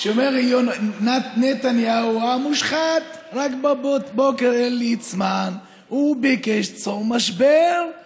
שאומר: נתניהו המושחת / רץ בבוקר אל ליצמן / הוא ביקש: צור משבר /